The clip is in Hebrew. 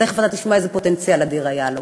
תכף תשמע איזה פוטנציאל אדיר היה לו.